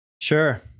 Sure